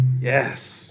Yes